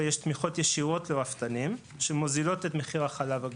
יש תמיכות ישירות לרפתנים שמוזילות את מחיר החלב הגולמי.